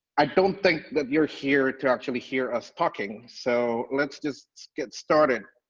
i don't think that you're here to actually hear us talking, so let's just get started.